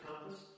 compass